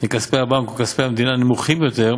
מכספי הבנק או מכספי המדינה נמוך יותר,